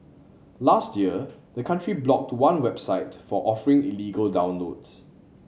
last year the country blocked to one website for offering illegal downloads